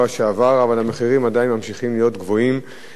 אבל המחירים עדיין ממשיכים להיות גבוהים ומחירי